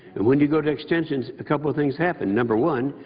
and when you go to extensions, a couple of things happen. number one,